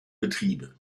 betriebe